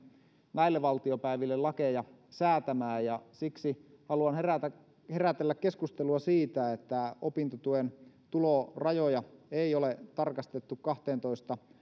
näille valtiopäiville lakeja säätämään ja siksi haluan herätellä herätellä keskustelua siitä että opintotuen tulorajoja ei ole tarkistettu kahteentoista